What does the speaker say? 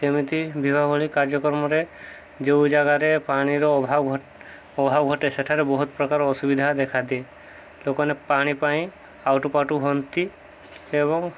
ସେମିତି ବିବାହ ଭଳି କାର୍ଯ୍ୟକ୍ରମରେ ଯେଉଁ ଜାଗାରେ ପାଣିର ଅଭାବ ଘ ଅଭାବ ଘଟେ ସେଠାରେ ବହୁତ ପ୍ରକାର ଅସୁବିଧା ଦେଖାନ୍ତି ଲୋକମାନେ ପାଣି ପାଇଁ ଆଉଟୁପାଉଟୁ ହୁଅନ୍ତି ଏବଂ